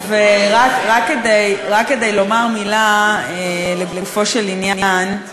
רק כדי לומר מילה לגופו של עניין.